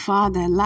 Father